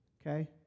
Okay